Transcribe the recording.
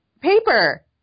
Paper